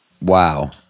Wow